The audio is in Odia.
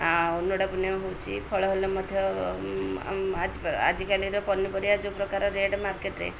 ଆଉ ହଉଛି ଫଳ ହେଲେ ମଧ୍ୟ ଆଜିକାଲିର ପନିପରିବା ଯେଉଁ ପ୍ରକାର ରେଟ୍ ମାର୍କେଟ୍ରେ